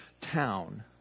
Town